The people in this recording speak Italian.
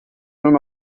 non